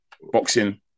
boxing